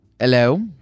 Hello